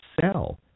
sell